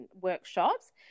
workshops